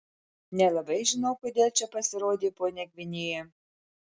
nelabai žinau kodėl čia pasirodė ponia gvinėja